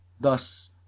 thus